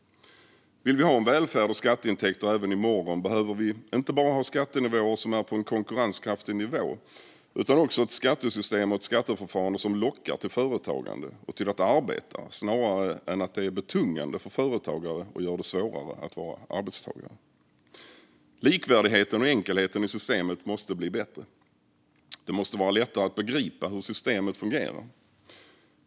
Om vi vill ha välfärd och skatteintäkter även i morgon behöver vi inte bara ha skattenivåer som är på en konkurrenskraftig nivå. Vi behöver ha ett skattesystem och ett skatteförfarande som också lockar till företagande och till att arbeta snarare än att de är betungande för företagare och gör det svårare att vara arbetstagare. Likvärdigheten och enkelheten i systemet måste bli bättre. Det måste vara lättare att begripa hur systemet fungerar.